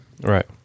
Right